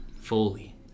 fully